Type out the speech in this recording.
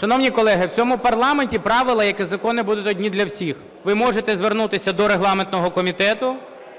Шановні колеги, в цьому парламенті правила, як і закони, будуть одні для всіх. Ви можете звернутися до регламентного комітету